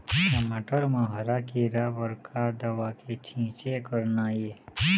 टमाटर म हरा किरा बर का दवा के छींचे करना ये?